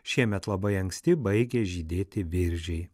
šiemet labai anksti baigė žydėti viržiai